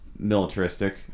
Militaristic